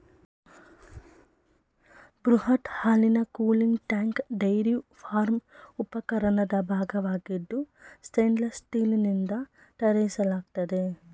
ಬೃಹತ್ ಹಾಲಿನ cooling tank dairy farm ಉಪಕರಣದ ಭಾಗವಾಗಿದ್ದು ಸ್ಟೇನ್ಲೆಸ್ ಸ್ಟೀಲ್ನಿಂದ ತಯಾರಿಸಲಾಗ್ತದೆ